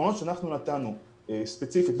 הפתרונות שאנחנו נתנו ספציפית,